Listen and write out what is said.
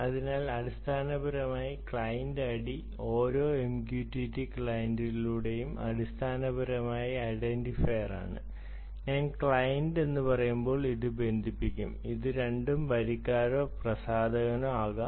അതിനാൽ അടിസ്ഥാനപരമായി client ID ഓരോ എംക്യുടിടി ക്ലയന്റുകളുടെയും അടിസ്ഥാനപരമായി ഐഡന്റിഫയറാണ് ഞാൻ ക്ലയന്റ് എന്ന് പറയുമ്പോൾ ഇത് ബന്ധിപ്പിക്കും ഇത് രണ്ടും വരിക്കാരനോ പ്രസാധകനോ ആകാം